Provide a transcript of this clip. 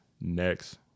next